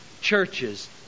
churches